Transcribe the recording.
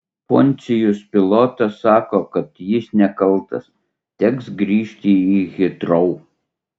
poncijus pilotas sako kad jis nekaltas teks grįžti į hitrou